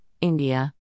India